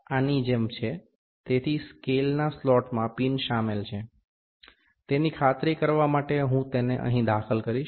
તેથી સ્કેલના સ્લોટમાં પિન શામેલ છે તેની ખાતરી કરવા માટે હું તેને અહીં દાખલ કરીશ